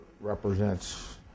represents